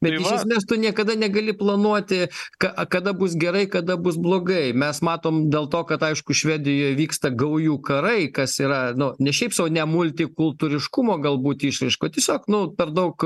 bet iš esmės tu niekada negali planuoti ka kada bus gerai kada bus blogai mes matom dėl to kad aišku švedijoj vyksta gaujų karai kas yra nu ne šiaip sau ne multikultūriškumo galbūt išraiška o tiesiog nu per daug